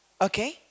Okay